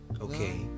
Okay